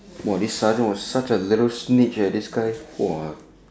!wah! this sergeant was such a little snitch eh this guy !wah!